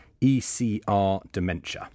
ECRDementia